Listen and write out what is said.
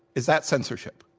is that censorship?